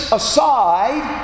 aside